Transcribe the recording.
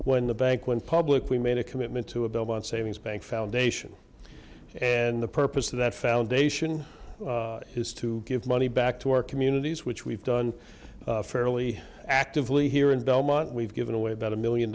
when the bank went public we made a commitment to a build on savings bank foundation and the purpose of that foundation has to give money back to our communities which we've done fairly actively here in belmont we've given away about a million